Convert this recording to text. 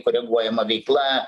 koreguojama veikla